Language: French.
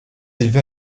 élevé